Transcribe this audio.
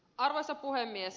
arvoisa puhemies